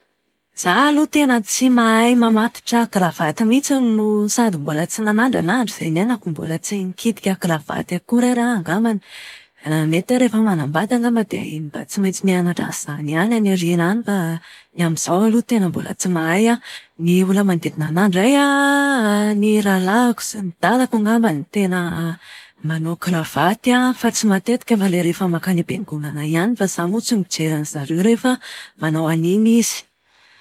Izaho aloha tena tsy mahay mamatotra kravaty mihitsiny no sady mbola tsy nanandrana aho hatrizay niainako, mbola tsy nikitika kravaty akory ary aho angambany. Mety hoe rehefa manambady angamba dia mba tsy maintsy mianatra an'izany ihany any aoriana any fa ny amin'izao aloha tena mbola tsy mahay aho. Ny olona manodidina anahy indray an, ny rahalahiko sy ny dadako angamba no tena manao kravaty an, fa tsy matetika fa ilay rehefa mankany ampiangonana ihany fa izaho moa tsy mijery an'izareo rehefa manao an'iny izy.